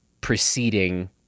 preceding